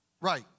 Right